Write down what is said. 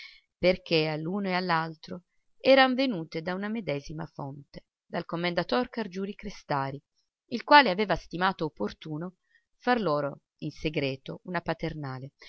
perché all'uno e all'altro eran venute da una medesima fonte dal commendator cargiuri-crestari il quale aveva stimato opportuno far loro in segreto una paternale